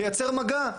לייצר מגע.